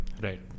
Right